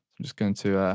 i'm just going to ah